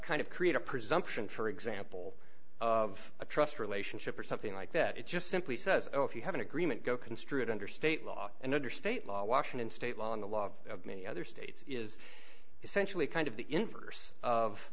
kind of create a presumption for example of a trust relationship or something like that it just simply says if you have an agreement go construe it under state law and under state law washington state law and the law of many other states is essentially kind of